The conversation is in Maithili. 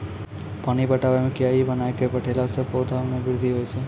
पानी पटाबै मे कियारी बनाय कै पठैला से पौधा मे बृद्धि होय छै?